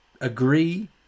agree